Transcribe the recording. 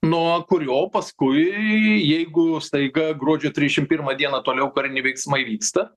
nuo kurio paskui jeigu staiga gruodžio trisšim pirmą dieną toliau kariniai veiksmai vyksta